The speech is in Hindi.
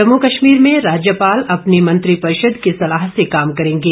जम्मू कश्मीर में राज्यपाल अपनी मंत्रिपरिषद की सलाह से काम करेंगे